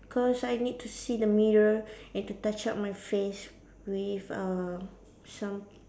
cause I need to see the mirror and to touch up my face with uh some